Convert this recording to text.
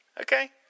Okay